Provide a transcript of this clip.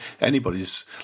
Anybody's